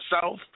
South